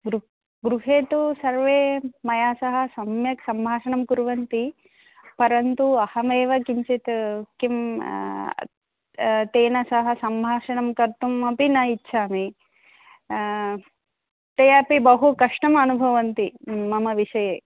गृ गृहे तु सर्वे मया सह सम्यक् सम्भाषणं कुर्वन्ति परन्तु अहमेव किञ्चित् किं तेन सह सम्भाषणं कर्तुम् अपि न इच्छामि ते अपि बहु कष्टम् अनुभवन्ति मम विषये